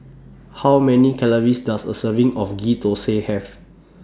How Many Calories Does A Serving of Ghee Thosai Have